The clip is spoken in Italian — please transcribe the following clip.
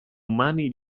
umani